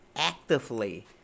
actively